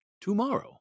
tomorrow